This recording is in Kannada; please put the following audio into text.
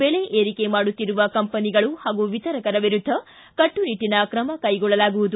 ಬೆಲೆ ಏರಿಕೆ ಮಾಡುತ್ತಿರುವ ಕಂಪನಿಗಳು ಹಾಗೂ ವಿತರಕರ ವಿರುದ್ದ ಕಟ್ಟುನಿಟ್ಟನ ಕ್ರಮ ಕೈಗೊಳ್ಳಲಾಗುವುದು